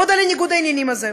עוד על ניגוד העניינים הזה: